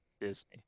Disney